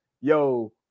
yo